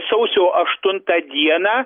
sausio aštuntą dieną